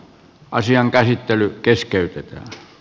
asian käsittely keskeytetään